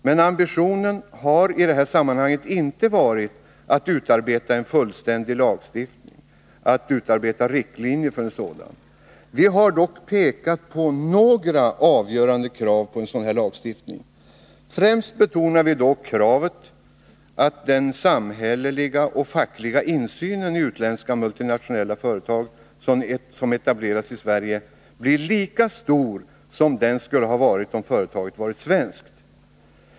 Men ambitionen har i detta sammanhang inte varit att utarbeta fullständiga riktlinjer för en ny lagstiftning. Vi har dock pekat på några avgörande krav på en sådan lagstiftning. Främst betonar vi då kravet att den samhälleliga och fackliga insynen i utländska multinationella företag som etableras i Sverige skall bli lika stor som den skulle ha varit om företaget hade varit svenskt.